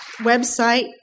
website